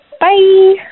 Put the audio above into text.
Bye